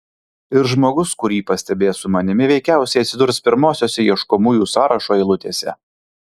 ir žmogus kurį pastebės su manimi veikiausiai atsidurs pirmosiose ieškomųjų sąrašo eilutėse